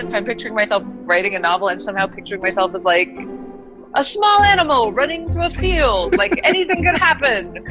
i'm picturing myself writing a novel, i'm somehow picturing myself as like a small animal running towards feels like anything's going to happen.